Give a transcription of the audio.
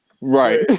Right